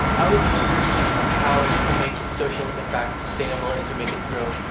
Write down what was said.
i was wondering how you can make a social impact sustainable and to make it grow.